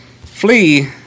Flee